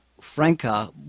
franca